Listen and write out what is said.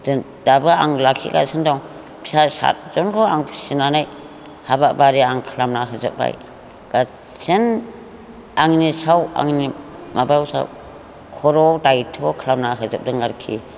जों दाबो आं लाखिगासिनो दं फिसा सातजनखौ आं फिसिनानै हाबा बारि आं खालामना हरजोबबाय गासैनो आंनि सायाव आंनि माबायाव सायाव खर'आव दायत्थ' खालामना होजोबदों आरोखि